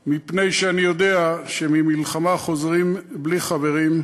מפני שאני יודע שממלחמה חוזרים בלי חברים,